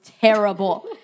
terrible